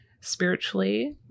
spiritually